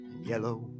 Yellow